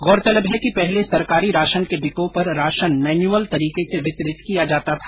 गौरतलब है कि पहले सरकारी राशन के डिपो पर राशन मैनुअल तरीके से वितरित किया जाता था